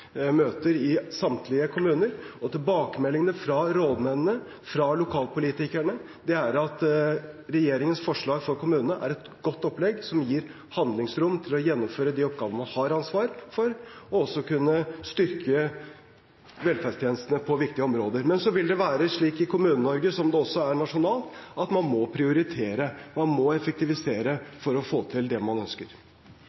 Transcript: møter i samtlige kommuner, og tilbakemeldingene fra rådmennene og lokalpolitikerne er at regjeringens forslag for kommunene er et godt opplegg som gir handlingsrom til å gjennomføre de oppgavene man har ansvaret for, og til å kunne styrke velferdstjenestene på viktige områder. Men det er slik i Kommune-Norge – som det også er nasjonalt – at man må prioritere og effektivisere for å få til det man ønsker.